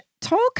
Talk